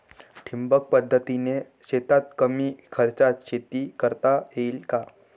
ठिबक पद्धतीने शेतात कमी खर्चात शेती करता येईल का?